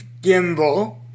gimbal